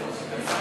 נתקבל.